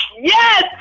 Yes